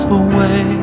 away